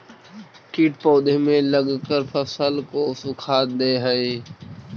कीट पौधे में लगकर फसल को सुखा दे हई